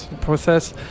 process